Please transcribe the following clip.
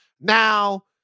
Now